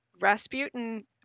Rasputin